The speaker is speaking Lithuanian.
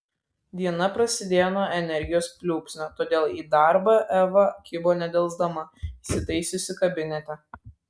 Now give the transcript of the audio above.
diena prasidėjo nuo energijos pliūpsnio todėl į darbą eva kibo nedelsdama įsitaisiusi kabinete